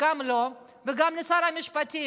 גם לו וגם לשר המשפטים.